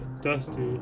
Dusty